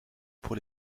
pour